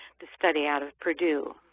the study out of purdue.